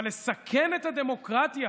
אבל לסכן את הדמוקרטיה